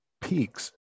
peaks